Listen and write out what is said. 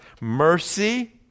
mercy